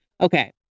okay